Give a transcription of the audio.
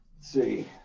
see